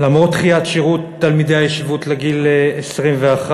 למרות דחיית שירות תלמידי הישיבות לגיל 21,